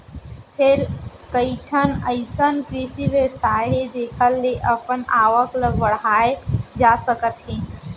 फेर कइठन अइसन कृषि बेवसाय हे जेखर ले अपन आवक ल बड़हाए जा सकत हे